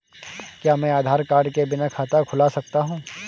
क्या मैं आधार कार्ड के बिना खाता खुला सकता हूं?